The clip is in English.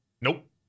Nope